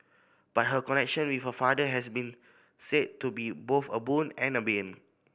but her connection with her father has been said to be both a boon and a bane